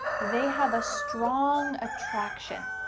they have a strong attraction.